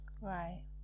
right